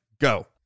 go